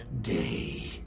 day